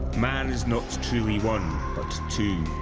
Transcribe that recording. man is not truly one, but two.